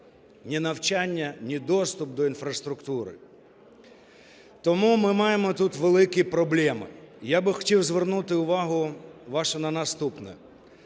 ні навчання, ні доступ до інфраструктури. Тому ми маємо тут великі проблеми. Я би хотів звернути увагу вашу на наступне.